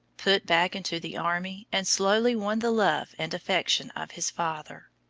put back into the army, and slowly won the love and affection of his father.